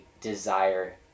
desire